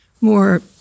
more